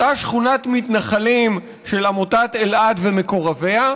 אותה שכונת מתנחלים של עמותת אלעד ומקורביה,